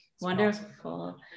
Wonderful